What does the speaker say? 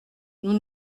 nous